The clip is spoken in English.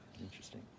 Interesting